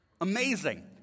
Amazing